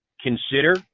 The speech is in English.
consider